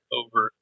over